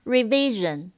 Revision